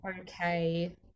okay